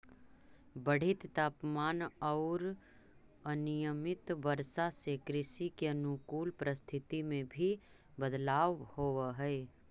बढ़ित तापमान औउर अनियमित वर्षा से कृषि के अनुकूल परिस्थिति में भी बदलाव होवऽ हई